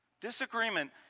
Disagreement